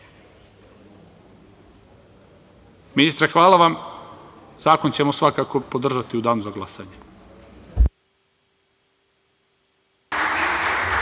hvala vam, zakon ćemo svakako podržati u danu za glasanje.